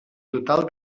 total